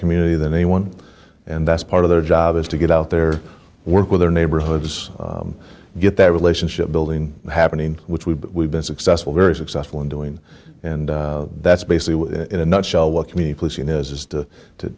community than anyone and that's part of their job is to get out there work with their neighborhoods get their relationship building happening which we've we've been successful very successful in doing and that's basically in a nutshell what can we